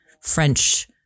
French